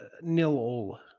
nil-all